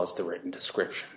as the written description